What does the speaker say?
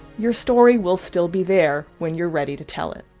your story will still be there when you're ready to tell it